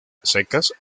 secas